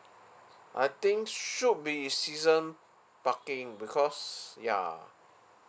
I think should be season parking because ya